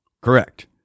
Correct